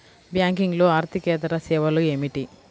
బ్యాంకింగ్లో అర్దికేతర సేవలు ఏమిటీ?